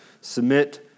submit